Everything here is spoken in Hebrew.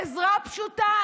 עזרה פשוטה.